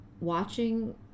watching